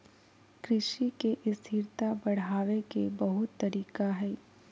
कृषि के स्थिरता बढ़ावे के बहुत तरीका हइ